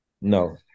No